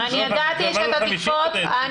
למה לא 250 כמו באולם אירועים?